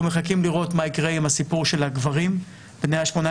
אנחנו מחכים לראות מה יקרה עם הסיפור של הגברים בני ה-18